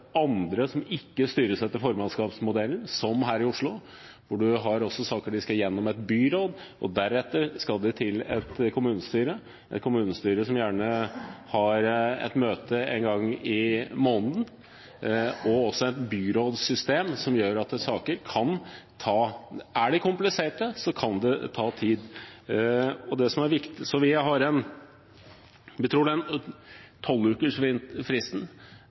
saker som skal gjennom et byråd. Deretter skal sakene til et kommunestyre – et kommunestyre som gjerne har møte en gang i måneden – og også et byrådsystem gjør at saker kan ta tid dersom de er kompliserte. Så vi tror det kan være gode, saklige grunner til at 12-ukersfristen er vanskelig å etterfølge. Det er viktig at dette er en bør-bestemmelse, at man har